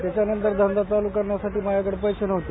त्याच्यानंतर धंदा चालू करण्यासाठी माझ्याकडे पैसा नव्हता